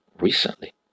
recently